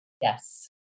yes